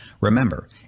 Remember